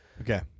okay